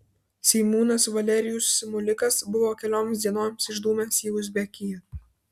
seimūnas valerijus simulikas buvo kelioms dienoms išdūmęs į uzbekiją